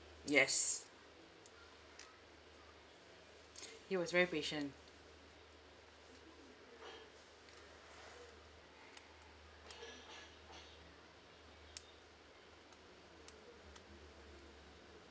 yes he was very patient